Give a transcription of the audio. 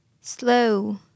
slow